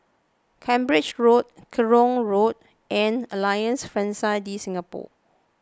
Cambridge Road Kerong Lane and Alliance Francaise De Singapour